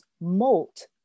molt